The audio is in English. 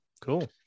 cool